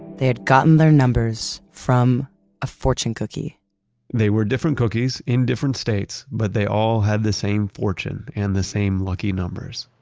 they had gotten their numbers from a fortune cookie they were different cookies in different states, but they all had the same fortune and the same lucky numbers,